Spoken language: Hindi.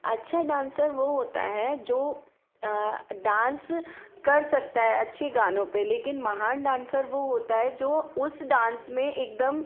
अच्छा डांसर वह होता है जो डांस कर सकता है अच्छे गानों पर लेकिन महान डांसर वह होता है जो उस डांस में एकदम